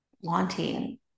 wanting